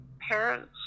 parents